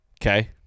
Okay